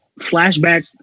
flashback